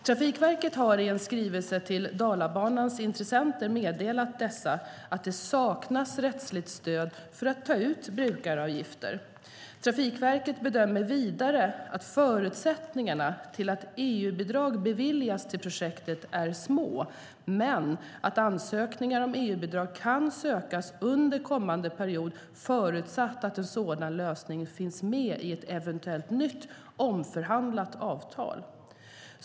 Trafikverket har i en skrivelse till Dalabanans intressenter meddelat dessa att det saknas rättsligt stöd för att ta ut brukaravgifter. Trafikverket bedömer vidare att förutsättningarna för att EU-bidrag till projektet ska beviljas är små men att EU-bidrag kan sökas under kommande period förutsatt att en sådan lösning finns med i ett eventuellt nytt omförhandlat avtal.